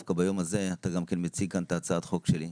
ודווקא ביום הזה אתה גם כן מציג כאן את הצעת החוק שלי,